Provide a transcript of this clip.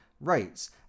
rates